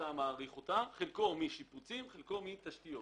משיפוצים ומתשתיות.